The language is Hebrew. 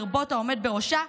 לרבות העומד בראשה,